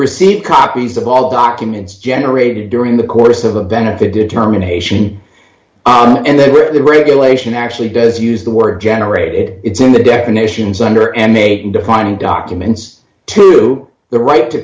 receive copies of all documents generated during the course of a benefit determination and the regulation actually does use the word generated its in the definitions under and making defining documents to the right to